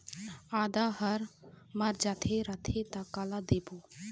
आदा हर मर जाथे रथे त काला देबो?